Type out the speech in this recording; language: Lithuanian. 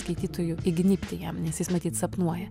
skaitytojų įgnybti jam nes jis matyt sapnuoja